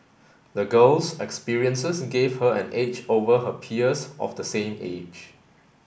the girl's experiences gave her an edge over her peers of the same age